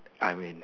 I mean